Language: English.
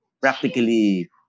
practically